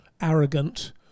arrogant